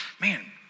man